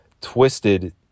twisted